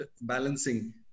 balancing